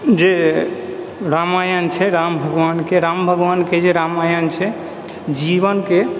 जे रामायण छै राम भगवानके राम भगवानके जे रामायण छै जीवनके